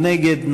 מי נגד?